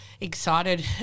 excited